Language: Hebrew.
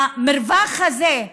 המרווח הזה,